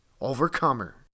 overcomer